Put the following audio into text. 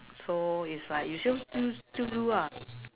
so it's like you still do still do lah